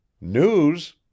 News